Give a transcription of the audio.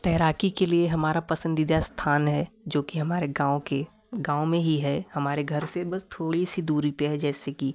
तैराकी के लिए हमारा पसंदीदा स्थान है जो कि हमारे गाँव के गाँव में ही है हमारे घर से बस थोड़ी सी दूरी पे है जैसे कि